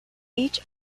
each